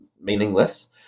meaningless